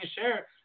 share